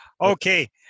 Okay